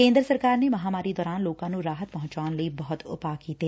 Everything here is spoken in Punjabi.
ਕੇਂਦਰ ਸਰਕਾਰ ਨੇ ਮਹਾਂਮਾਰੀ ਦੌਰਾਨ ਲੋਕਾਂ ਨੂੰ ਰਾਹਤ ਪਹੂੰਚਾਣ ਲਈ ਬਹੁਤ ਉਪਾਅ ਕੀਤੇ ਨੇ